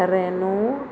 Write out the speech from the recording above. Renault